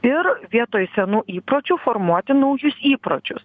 ir vietoj senų įpročių formuoti naujus įpročius